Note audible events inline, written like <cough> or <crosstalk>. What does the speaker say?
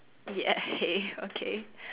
ya <laughs> hey okay